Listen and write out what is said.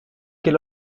quel